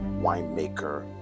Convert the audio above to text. winemaker